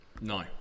No